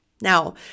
Now